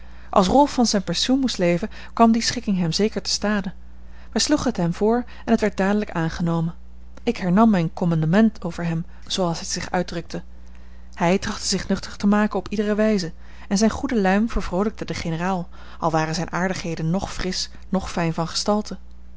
als rolf van zijn pensioen moest leven kwam die schikking hem zeker te stade wij sloegen het hem voor en het werd dadelijk aangenomen ik hernam mijn commandement over hem zooals hij zich uitdrukte hij trachtte zich nuttig te maken op iedere wijze en zijne goede luim vervroolijkte den generaal al waren zijn aardigheden noch frisch noch fijn van gestalte